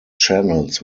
channels